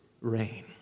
rain